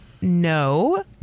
no